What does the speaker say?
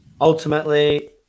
ultimately